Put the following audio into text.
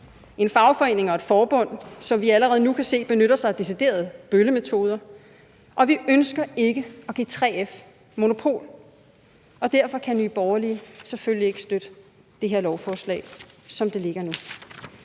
en fagforening og et forbund, som vi allerede nu kan se benytter sig af deciderede bøllemetoder. Vi ønsker ikke at give 3F monopol, og derfor kan Nye Borgerlige selvfølgelig ikke støtte det her lovforslag, som det ligger nu